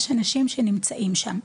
יש אנשים שנמצאים שם,